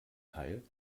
teil